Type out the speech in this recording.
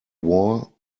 war